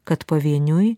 kad pavieniui